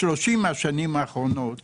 בשלושים השנים האחרונות